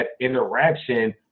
interaction